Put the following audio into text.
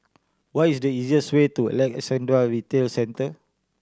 what is the easiest way to Alexandra Retail Centre